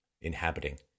inhabiting